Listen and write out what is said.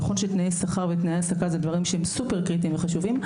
נכון שתנאי שכר ותנאי העסקה אלה דברים קריטיים וחשובים.